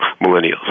millennials